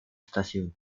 stasiun